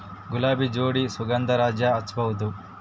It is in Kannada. ಗುಲಾಬಿ ಜೋಡಿ ಸುಗಂಧರಾಜ ಹಚ್ಬಬಹುದ?